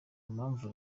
mpamvu